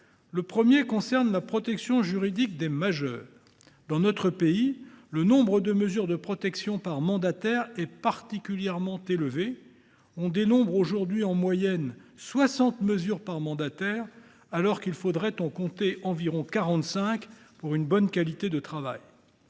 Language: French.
Le premier concerne la protection juridique des majeurs. Dans notre pays, le nombre de mesures de protection par mandataire est particulièrement élevé : on dénombre aujourd’hui en moyenne soixante mesures par mandataire, alors qu’il faudrait en compter environ quarante cinq pour un travail